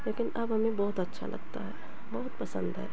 लेकिन अब हमें बहुत अच्छा लगता है बहुत पसंद है